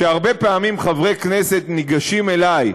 כשהרבה פעמים חברי כנסת ניגשים אלי,